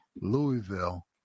Louisville